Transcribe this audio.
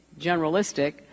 generalistic